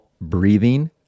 breathing